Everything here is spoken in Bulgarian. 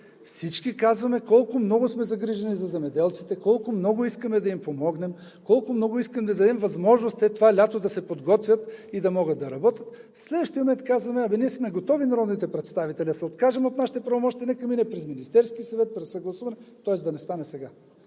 Всички казваме колко много сме загрижени за земеделците, колко много искаме да им помогнем, колко много искаме да им дадем възможност те това лято да се подготвят и да могат да работят. В следващия момент казваме: ние сме готови, народните представители, да се откажем от нашите правомощия, нека да мине през Министерския съвет, през съгласуване, тоест да не стане сега.